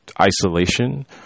isolation